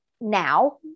now